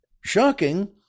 Shocking